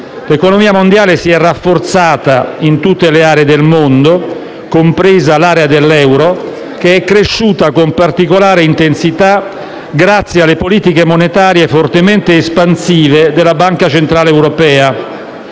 l'economia mondiale si è rafforzata in tutte le aree del mondo, compresa l'area dell'euro, che è cresciuta con particolare intensità grazie alle politiche monetarie fortemente espansive della Banca centrale europea.